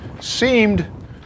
seemed